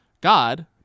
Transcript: God